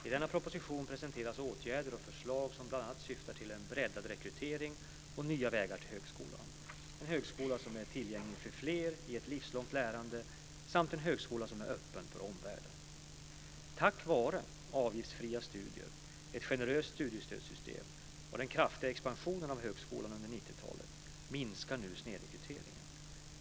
I denna proposition presenteras åtgärder och förslag som bl.a. syftar till en breddad rekrytering och nya vägar till högskolan, en högskola som är tillgänglig för fler i ett livslångt lärande samt en högskola som är öppen för omvärlden. Tack vare avgiftsfria studier, ett generöst studiestödssystem och den kraftiga expansionen av högskolan under 1990-talet minskar nu snedrekryteringen.